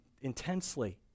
intensely